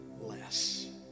less